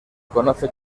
conoce